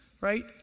Right